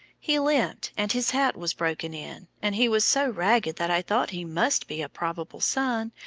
he limped, and his hat was broken in, and he was so ragged that i thought he must be a probable son,